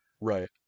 Right